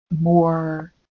more